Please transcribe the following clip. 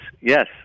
yes